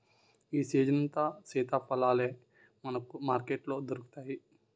ఈ సీజనంతా సీతాఫలాలే మనకు మార్కెట్లో దొరుకుతాయి